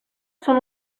són